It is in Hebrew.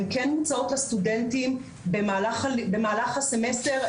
הם כן מוצעות לסטודנטים במהלך הסמסטר,